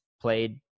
played